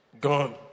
Gone